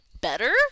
better